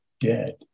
dead